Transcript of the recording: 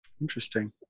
Interesting